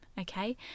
okay